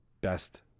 best